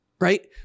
right